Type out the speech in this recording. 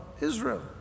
Israel